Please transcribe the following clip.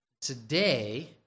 Today